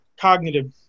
cognitive